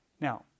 Now